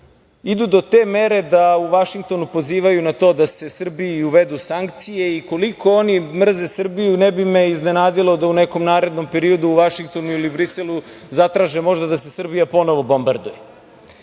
idu do te mere da u Vašingtonu pozivaju na to da se Srbiji uvedu sankcije. Koliko oni mrze Srbiju ne bi me iznenadilo da u nekom narednom periodu u Vašingtonu ili Briselu zatraže možda da se Srbija ponovo bombarduje. Mene